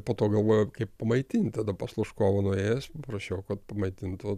po to galvoju kaip pamaitinti tada pas lužkovą nuėjęs paprašiau kad pamaitintų